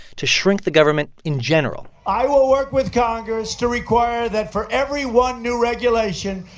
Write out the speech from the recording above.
to shrink the government in general i will work with congress to require that for every one new regulation,